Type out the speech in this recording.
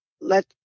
Let